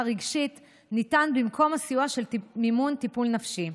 רגשית ניתן במקום הסיוע של מימון טיפול נפשי.